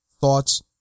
thoughts